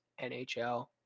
NHL